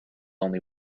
only